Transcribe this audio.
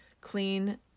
clean